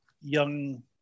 young